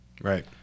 right